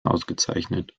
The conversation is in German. ausgezeichnet